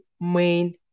main